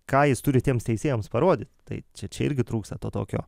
ką jis turi tiems teisėjams parodyt tai čia čia irgi trūksta to tokio